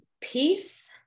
peace